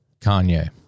Kanye